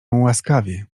łaskawie